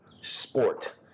sport